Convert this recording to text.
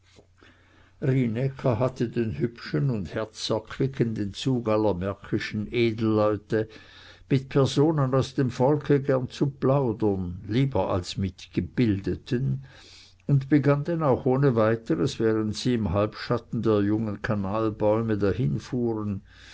hatte den hübschen und herzerquickenden zug aller märkischen edelleute mit personen aus dem volke gern zu plaudern lieber als mit gebildeten und begann denn auch ohne weiteres während sie im halbschatten der jungen kanalbäume